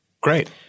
Great